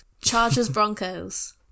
Chargers-Broncos